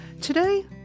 Today